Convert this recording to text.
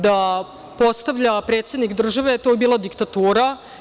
Da postavlja predsednik države, to bi bila diktatura.